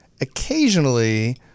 Occasionally